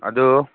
ꯑꯗꯨ